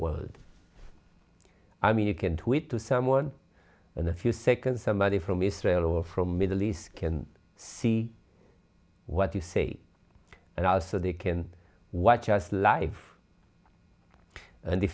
world i mean you can tweet to someone and a few seconds somebody from israel or from middle east can see what you say and are so they can watch us live and